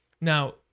now